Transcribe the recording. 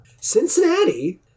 Cincinnati